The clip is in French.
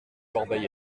corbeil